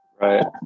right